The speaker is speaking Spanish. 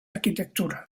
arquitectura